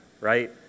right